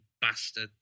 bastard